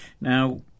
now